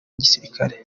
gisirikare